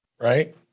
Right